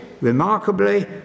remarkably